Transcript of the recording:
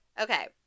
Okay